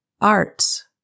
Arts